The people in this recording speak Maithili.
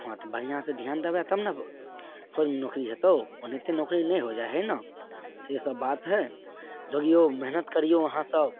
हँ तऽ बढ़िआँसँ ध्यान देबे तब ने फौजमे नौकरी हेतौ ओनाहिते नौकरी नहि हो जाइ हइ ने से सब बात हइ दौगियौ मेहनत करियौ अहाँ सब